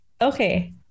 Okay